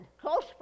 close